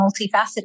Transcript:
multifaceted